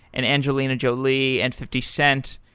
and angelina jolie, and fifty cent.